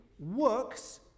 works